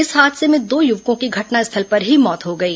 इस हादसे में दो युवकों की घटनास्थल पर ही मौत हो गई